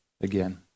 again